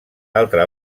altra